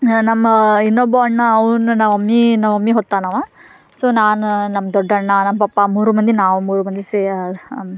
ನಮ್ಮ ಇನ್ನೊಬ್ಬ ಅಣ್ಣ ಅವ್ನು ನಮ್ಮ ಮಮ್ಮಿ ನಮ್ಮ ಮಮ್ಮಿ ಹೊತ್ತಾನೆ ಅಂವಾ ಸೊ ನಾನು ನಮ್ಮ ದೊಡ್ಡಣ್ಣ ನಮ್ಮ ಪಪ್ಪ ಮೂರು ಮಂದಿ ನಾವು ಮೂರು ಮಂದಿ ಸೇ